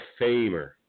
Famer